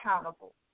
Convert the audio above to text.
accountable